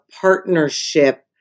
partnership